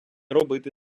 робити